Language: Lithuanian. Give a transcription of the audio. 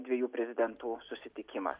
dviejų prezidentų susitikimas